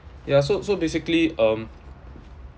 ya so so basically um